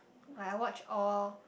like I watched all